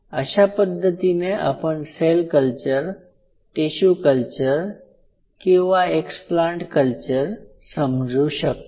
अशा पद्धतीने आपण सेल कल्चर टिशू कल्चर किंवा एक्सप्लांट कल्चर समजू शकतो